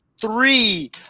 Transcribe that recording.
three